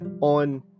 on